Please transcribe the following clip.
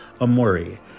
Amori